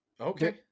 Okay